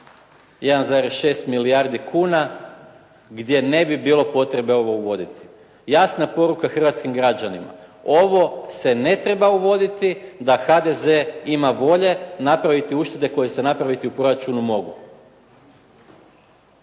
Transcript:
1,6 milijardi kuna gdje ne bi bilo potrebe ovo uvoditi. Jasna poruka hrvatskim građanima ovo se ne treba uvoditi da HDZ ima volje napraviti uštede koje se napraviti u proračunu mogu.